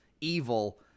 evil